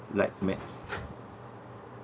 like maths